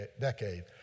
decade